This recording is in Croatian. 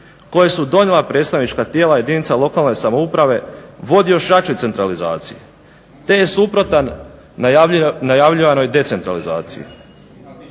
koje su donijela predstavnička tijela jedinica lokalne samouprave vodi još jačoj centralizaciji te je suprotan najavljivanoj decentralizaciji.